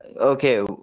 okay